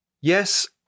Yes